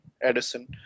Edison